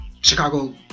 Chicago